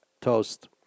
Toast